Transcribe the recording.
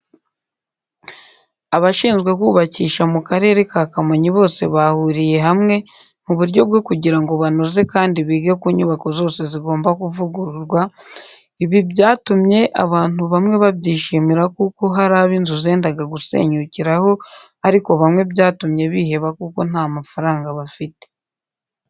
Abashinzwe kubakisha mu karere ka Kamonyi bose bahuriye hamwe mu buryo bwo kugira ngo banoze kandi bige ku nyubako zose zigomba kuvugururwa, ibi byatumye abantu bamwe babyishimira kuko hari abo inzu zendaga gusenyukiraho, ariko bamwe byatumye biheba kuko ntamafaranga bafite.